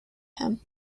him